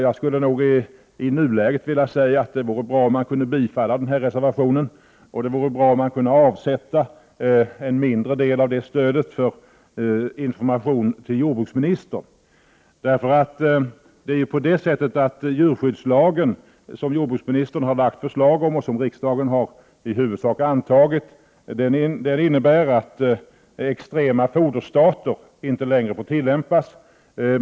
Jag skulle vilja säga att det i nuläget vore bra, om man kunde bifalla reservationen och avsätta en mindre del av stödet för information till jordbruksministern. Djurskyddslagen — som jordbruksministern har lagt fram förslag om, ett förslag som riksdagen i huvudsak har antagit — innebär ju att extrema foderstater inte längre får tillämpas.